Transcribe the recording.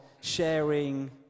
sharing